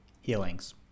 Healings